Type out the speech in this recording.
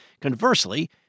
Conversely